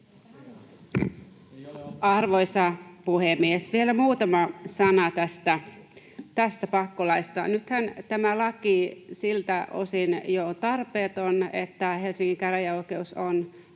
Arvoisa puhemies! Vielä muutama sana tästä pakkolaista. Nythän tämä laki on siltä osin jo tarpeeton, että Helsingin käräjäoikeus on